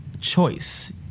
choice